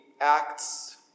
acts